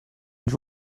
and